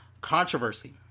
Controversy